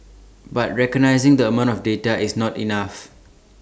but recognising the amount of data is not enough